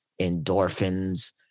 endorphins